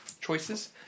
choices